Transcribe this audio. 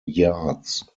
yards